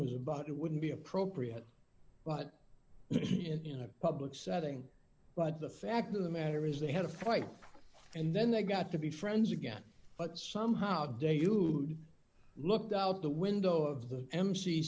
was about it wouldn't be appropriate but in a public setting but the fact of the matter is they had a fight and then they got to be friends again but somehow deluged looked out the window of the m c